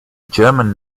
german